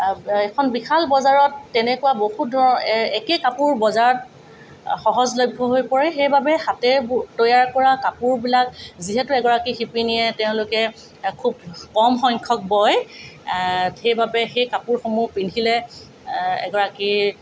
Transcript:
এখন বিশাল বজাৰত তেনেকুৱা বহুত ধৰ একে কাপোৰ বজাৰত সহজলভ্য হৈ পৰে সেইবাবে হাতেৰে ব তৈয়াৰ কৰা কাপোৰবিলাক যিহেতু এগৰাকী শিপিনীয়ে তেওঁলোকে খুব কম সংখ্যক বয় সেইবাবে সেই কাপোৰসমূহ পিন্ধিলে এগৰাকী